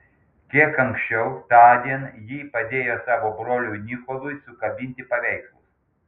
kiek anksčiau tądien ji padėjo savo broliui nikolui sukabinti paveikslus